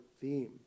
theme